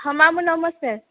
ହଁ ମାମୁଁ ନମସ୍କାର